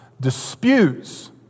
disputes